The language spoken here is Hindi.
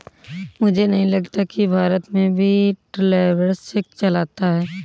मुझे नहीं लगता कि भारत में भी ट्रैवलर्स चेक चलता होगा